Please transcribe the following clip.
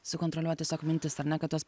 sukontroliuoti tiesiog mintis ar ne kad jos